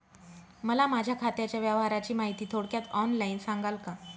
मला माझ्या खात्याच्या व्यवहाराची माहिती थोडक्यात ऑनलाईन सांगाल का?